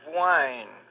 wine